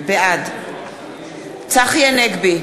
בעד צחי הנגבי,